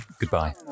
goodbye